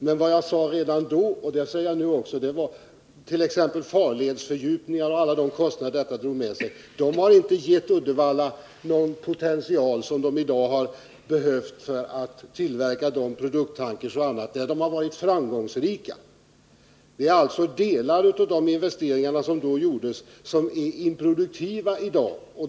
Men vad jag sade redan då — och det säger jag nu också — var att t.ex. arbetet med farledsfördjupningar och alla de kostnader detta drog med sig inte har gett Uddevalla någon potential som i dag hade behövts för att tillverka produkttankers och annat där de har varit framgångsrika. Det är alltså delar av de investeringar som då gjordes som är improduktiva i dag.